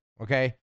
Okay